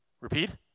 Repeat